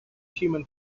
human